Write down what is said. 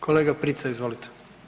Kolega Prica izvolite.